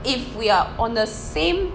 if we are on the same